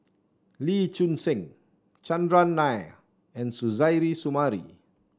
Lee Choon Seng Chandran Nair and Suzairhe Sumari